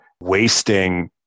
wasting